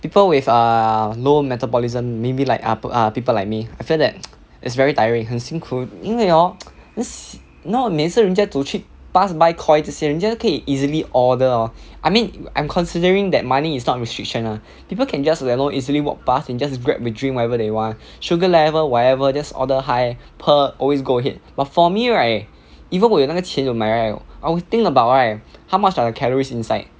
people with ah low metabolism maybe like ah peo~ people like me I feel that it's very tiring 很辛苦因为 hor 很 you know 每次人家走去 pass by Koi 这些人家可以 easily order hor I mean I am considering that money is not restriction ah people can just you know easily walk past and just grab a drink whatever they want sugar level whatever just order high pearl always go ahead but for me right even 我有那个钱 to 买 right I would think about right how much are the calories inside